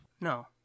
No